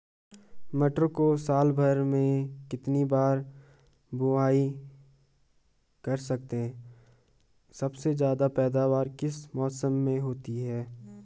मटर को साल भर में कितनी बार बुआई कर सकते हैं सबसे ज़्यादा पैदावार किस मौसम में होती है?